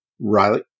Riley